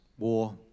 war